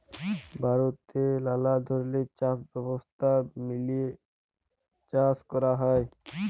ভারতে লালা ধরলের চাষ ব্যবস্থা মেলে চাষ ক্যরা হ্যয়